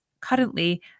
currently